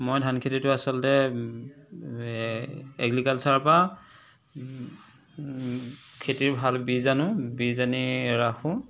মই ধান খেতিটো আচলতে এগ্ৰিকালচাৰৰ পৰা খেতিৰ ভাল বীজ আনো বীজ আনি ৰাখোঁ